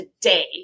today